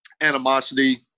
animosity